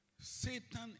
Satan